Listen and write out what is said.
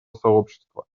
сообщества